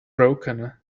broken